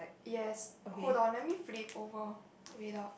yes hold on let me flip over wait ah